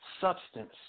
substance